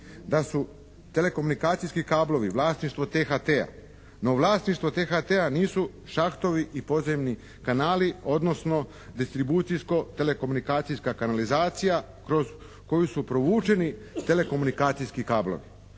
da su telekomunikacijski kablovi vlasništvo THT-a. No vlasništvo THT-a nisu šahtovi i podzemni kanali, odnosno distribucijsko-telekomunikacijska kanalizacija kroz koju su provučeni telekomunikacijski kablovi.